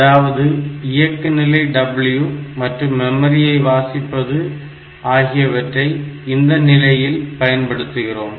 அதாவது இயக்கு நிலை W மற்றும் மெமரியை வாசிப்பது ஆகியவற்றை இந்த நிலையில் பயன்படுத்துகிறோம்